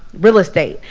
real estate.